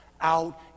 out